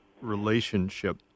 relationship